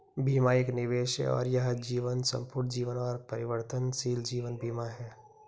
बीमा एक निवेश है और यह जीवन, संपूर्ण जीवन और परिवर्तनशील जीवन बीमा है